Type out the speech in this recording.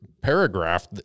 paragraph